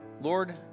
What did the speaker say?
Lord